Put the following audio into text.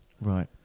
Right